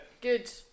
Good